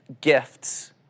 gifts